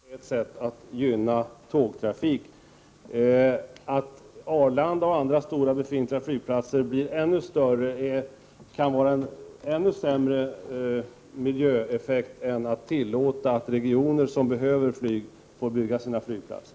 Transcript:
Fru talman! Avgifter på flyget är ett sätt att gynna tågtrafik. Att Arlanda och andra stora befintliga flygplatser blir ännu större kan ge en ännu sämre miljöeffekt än att tillåta regioner som behöver flyg att bygga sina flygplatser.